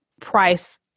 price